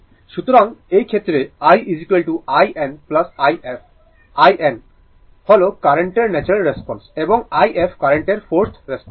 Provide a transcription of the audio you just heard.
সুতরাং এই ক্ষেত্রে i in i f in হল কার্রেন্টের ন্যাচারাল রেসপন্স এবং i f কার্রেন্টের ফোর্সড রেসপন্স